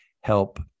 help